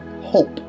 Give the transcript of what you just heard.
hope